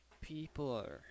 people